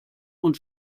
und